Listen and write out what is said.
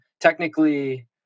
technically